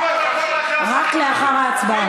רק לאחר ההצבעה.